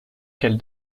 qu’elle